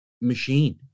machine